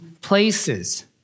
places